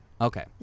Okay